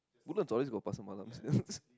Woodlands always got pasar malam sia